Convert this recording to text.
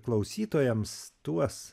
klausytojams tuos